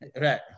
right